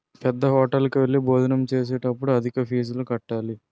పేద్దహోటల్లోకి వెళ్లి భోజనం చేసేటప్పుడు అధిక ఫీజులు కట్టాలి